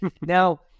Now